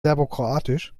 serbokroatisch